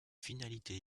finalité